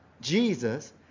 Jesus